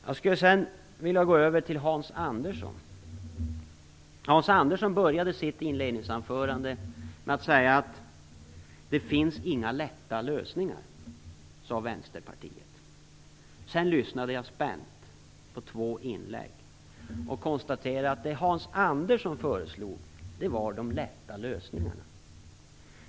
Jag skulle sedan vilja gå över till det som Hans Andersson sade. Han började sitt inledningsanförande med att säga att det inte finns några lätta lösningar, enligt Vänsterpartiet. Sedan lyssnade jag spänt på två inlägg och konstaterade då att det Hans Andersson föreslog var de lätta lösningarna.